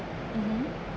mmhmm